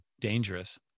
dangerous